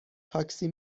تاکسی